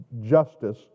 justice